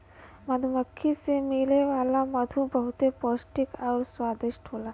मधुमक्खी से मिले वाला मधु बहुते पौष्टिक आउर स्वादिष्ट होला